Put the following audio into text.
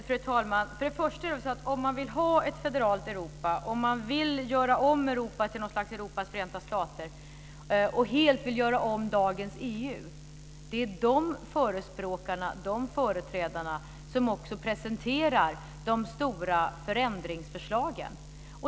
Fru talman! Det är de förespråkarna som vill ha ett federalt Europa, vill göra om Europa till något slags Europas förenta stater och helt vill göra om dagens EU som också presenterar de stora förändringsförslagen.